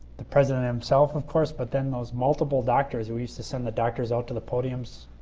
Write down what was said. the president himself of course. but then those multiple doctors. we use to send the doctors out to the podiums